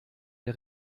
der